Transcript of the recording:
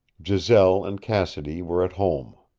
giselle and cassidy were at home.